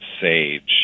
SAGE